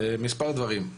מספר דברים.